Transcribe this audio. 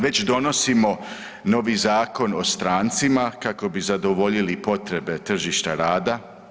Već donosimo novi Zakon o strancima kako bi zadovoljili potrebe tržišta rada.